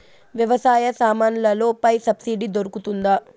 వ్యవసాయ సామాన్లలో పై సబ్సిడి దొరుకుతుందా?